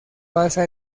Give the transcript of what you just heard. pasa